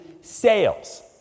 sales